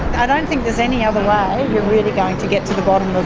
i don't think there's any other way you're really going to get to the bottom of